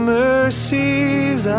mercies